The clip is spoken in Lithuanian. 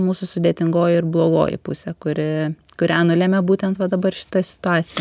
mūsų sudėtingoji ir blogoji pusė kuri kurią nulemia būtent va dabar šita situacija